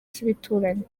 by’ibituranyi